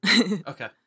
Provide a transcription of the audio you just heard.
Okay